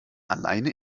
alleine